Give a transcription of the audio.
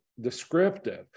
descriptive